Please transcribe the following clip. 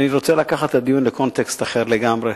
אני רוצה לקחת את הדיון לקונטקסט אחר לגמרי.